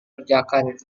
kerjakan